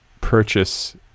purchase